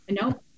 no